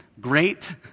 great